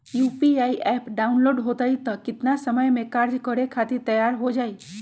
UPI app download होई त कितना समय मे कार्य करे खातीर तैयार हो जाई?